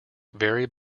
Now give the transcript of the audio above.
vary